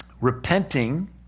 repenting